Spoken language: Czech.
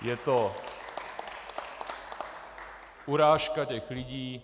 Je to urážka těch lidí.